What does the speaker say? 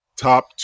Top